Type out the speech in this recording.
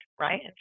right